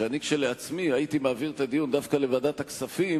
שאני כשלעצמי הייתי מעביר את הדיון דווקא לוועדת הכספים,